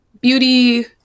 beauty